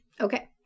Okay